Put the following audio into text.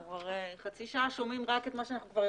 הרי חצי שנה אנחנו שומעים רק את מה שאנחנו כבר יודעים.